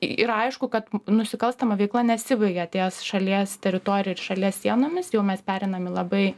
ir aišku kad nusikalstama veikla nesibaigia ties šalies teritorija ir šalies sienomis jau mes pereinam į labai